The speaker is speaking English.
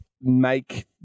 make